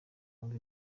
wumve